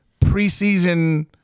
preseason